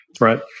right